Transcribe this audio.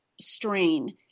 strain